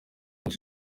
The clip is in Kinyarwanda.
nari